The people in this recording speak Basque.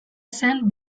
zen